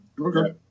Okay